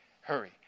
Hurry